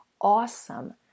awesome